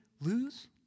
lose